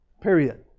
period